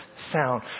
sound